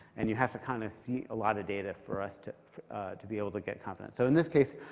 and you have to kind of see a lot of data for us to to be able to get confident. so in this case,